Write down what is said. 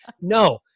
No